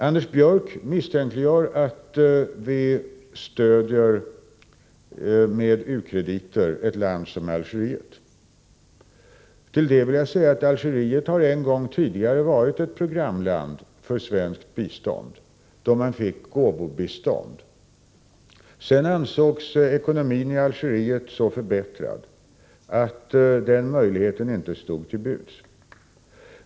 Anders Björck misstänkliggör oss för att med biståndsmedel stödja ett land som Algeriet. Till detta vill jag säga att Algeriet tidigare har varit ett programland för svenskt bistånd och fått gåvobistånd. Ekonomin i Algeriet ansågs senare vara så förbättrad att den möjligheten inte stod till buds.